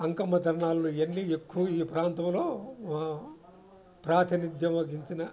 అంకమ్మ తిరునాళ్ళు ఇవన్నీ ఎక్కువ ఈ ప్రాంతంలో ప్రాతినిధ్యవర్జించిన